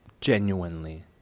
genuinely